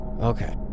Okay